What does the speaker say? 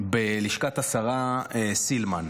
בלשכת השרה סילמן.